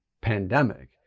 pandemic